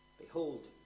Behold